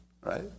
right